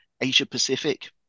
Asia-Pacific